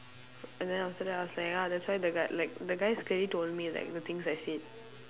and then after that I was like ah that's why the guy like the guys clearly told me like the things I said